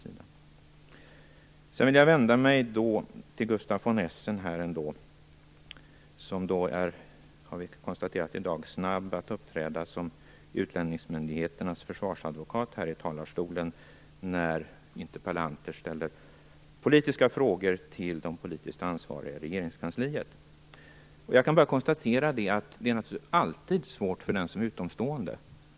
Sedan vill jag vända mig till Gustaf von Essen. Han är, det har vi konstaterat här i dag, snabb att uppträda som utlänningsmyndigheternas försvarsadvokat här i talarstolen när interpellanter ställer politiska frågor till de politiskt ansvariga i regeringskansliet. Jag kan bara konstatera att det naturligtvis alltid är svårt för den som är utomstående.